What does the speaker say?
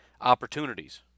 opportunities